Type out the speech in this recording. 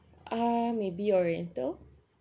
uh maybe oriental